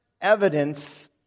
evidence